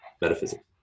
metaphysics